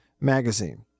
magazine